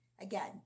again